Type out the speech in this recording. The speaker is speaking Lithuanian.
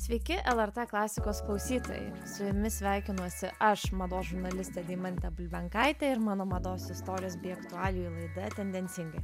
sveiki lrt klasikos klausytojai su jumis sveikinuosi aš mados žurnalistė deimantė bulbenkaitė ir mano mados istorijos bei aktualijų laida tendencingai